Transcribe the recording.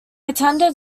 attended